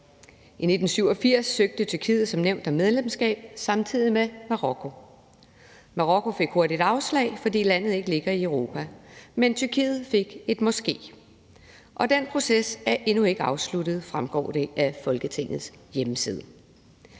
I 1987 søgte Tyrkiet som nævnt om medlemskab samtidig med Marokko. Marokko fik hurtigt afslag, fordi landet ikke ligger i Europa, men Tyrkiet fik et »måske«, og den proces er endnu ikke afsluttet, fremgår det af Folketingets hjemmeside.